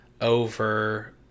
over